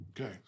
Okay